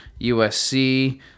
USC